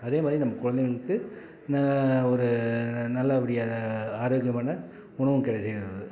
அதே மாதிரி நம்ம குழந்தைங்களுக்கு ந ஒரு நல்லபடியா ஆரோக்கியமான உணவும் கிடச்சிருது